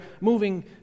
moving